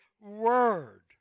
word